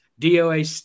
Doa